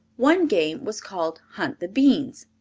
one game was called hunt the beans.